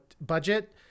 budget